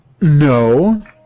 No